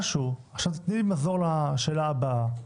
עכשיו, תני לי מזור לי לשאלה הבאה,